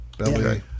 Okay